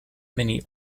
many